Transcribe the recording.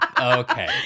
Okay